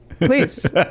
Please